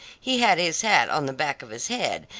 he had his hat on the back of his head,